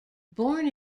born